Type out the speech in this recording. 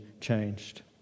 changed